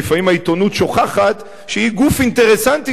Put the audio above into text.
לפעמים העיתונות שוכחת שהיא גוף אינטרסנטי